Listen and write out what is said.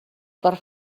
per